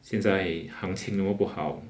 现在行情那么不好